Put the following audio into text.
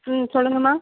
ம் சொல்லுங்கம்மா